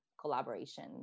collaboration